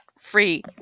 free